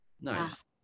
Nice